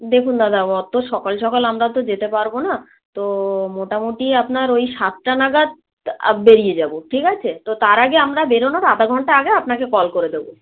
দেখুন দাদা অত্ত সকাল সকাল আমরা তো যেতে পারবো না তো মোটামুটি আপনার ওই সাতটা নাগাদ বেরিয়ে যাবো ঠিক আছে তো তার আগে আমরা বেরোনোর আধা ঘন্টা আগে আপনাকে কল করে দেবো